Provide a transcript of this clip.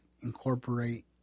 incorporate